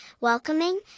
welcoming